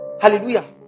Hallelujah